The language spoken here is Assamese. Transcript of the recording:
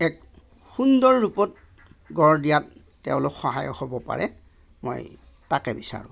এক সুন্দৰ ৰূপত গঢ় দিয়াত তেওঁলোক সহায়ক হ'ব পাৰে মই তাকে বিচাৰোঁ